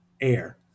air